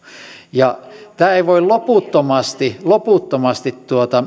tämä ei voi loputtomasti loputtomasti